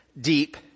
deep